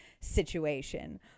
situation